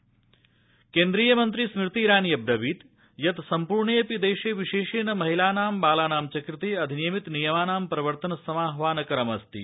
स्मृति ईरानी केन्द्रीय मन्त्री स्मृति ईरानी अब्रवीत् यत् सम्पूर्णेडपि देशे विशेषेण महिलानां बालानां च कृते अधिनियमित नियमानां प्रवर्तन ं समाह्वानकरमस्ति